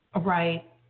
Right